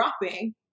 dropping